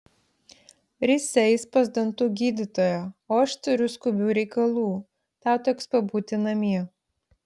risia eis pas dantų gydytoją o aš turiu skubių reikalų tau teks pabūti namie